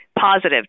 positive